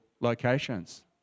locations